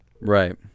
Right